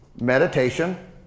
meditation